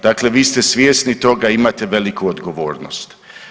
Dakle, vi ste svjesni toga imate veliku odgovornost.